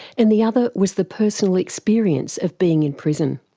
and the other was the personal experience of being in prison.